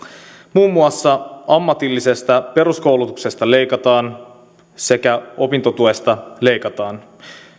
muun muassa ammatillisesta peruskoulutuksesta leikataan sekä opintotuesta leikataan